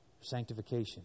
sanctification